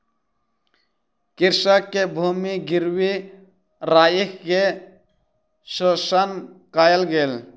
कृषक के भूमि गिरवी राइख के शोषण कयल गेल